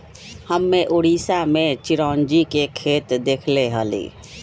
हम्मे उड़ीसा में चिरौंजी के खेत देखले हली